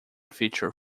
future